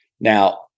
Now